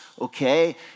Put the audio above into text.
okay